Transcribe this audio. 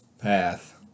path